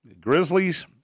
Grizzlies